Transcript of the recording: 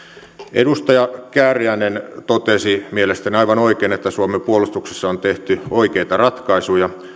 edustaja kääriäinen totesi mielestäni aivan oikein että suomen puolustuksessa on tehty oikeita ratkaisuja